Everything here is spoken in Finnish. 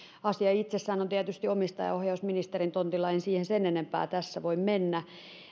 asia itsessään on tietysti omistajaohjausministerin tontilla en siihen sen enempää tässä voi mennä